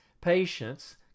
patience